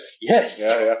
Yes